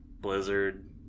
Blizzard